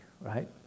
right